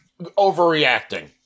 overreacting